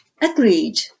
Agreed